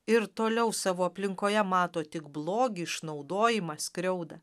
ir toliau savo aplinkoje mato tik blogį išnaudojimą skriaudą